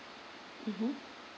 mmhmm